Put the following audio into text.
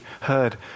heard